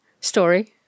story